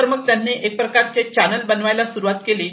तर मग त्यांनी एक प्रकारचे चॅनेल बनवायला सुरुवात केली